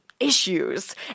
issues